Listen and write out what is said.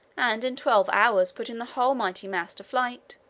and in twelve hours putting the whole mighty mass to flight,